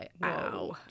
Wow